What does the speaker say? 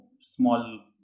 small